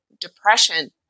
depression